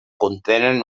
contenen